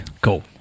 Cool